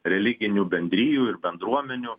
religinių bendrijų ir bendruomenių